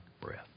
breath